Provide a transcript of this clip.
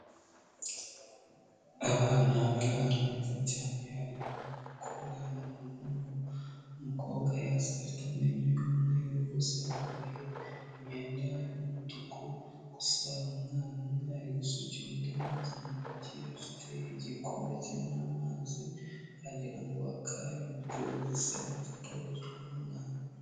Abana bari ahantu heza cyane, harimo umukobwa n'umuhungu, umukobwa yasetse afite amenyo y'umweru, bose bambaye imyenda y'umutuku gusa umwana umwe ari gusukira undi amazi mu ntoki, afite igikombe kirimo amazi, aragira akaba intoki ze zise neza atazicwa n'umwanda.